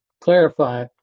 clarify